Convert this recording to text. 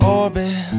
orbit